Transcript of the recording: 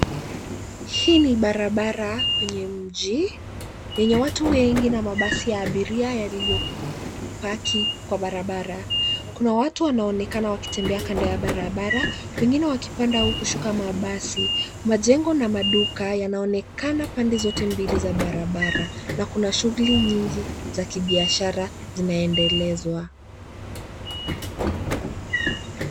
Hii ni barabara kwenye mji yenye watu wengi na mabadi ya abiria yaliyopaki kwa barabara. Kuna watu wanaonekana wakitembea kando ya barabara, wengine wakipanda au kushuka mabasi. Majengo na maduka yanaonekana pande zote mbili za barabara na kuna shughuli nyingi zinaendelezwa.